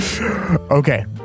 Okay